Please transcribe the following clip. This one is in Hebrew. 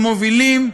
המובילים,